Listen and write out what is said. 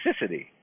toxicity